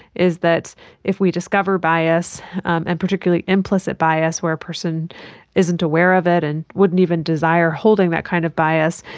is that if we discover bias and particularly implicit bias where a person isn't aware of it and wouldn't even a desire holding that kind of bias,